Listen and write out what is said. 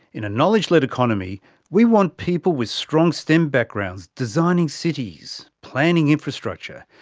in a knowledge led economy we want people with strong stem backgrounds designing cities, planning infrastructure,